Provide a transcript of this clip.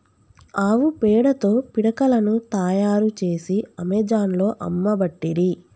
ఆవు పేడతో పిడికలను తాయారు చేసి అమెజాన్లో అమ్మబట్టిరి